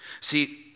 See